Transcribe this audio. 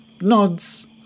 nods